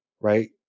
right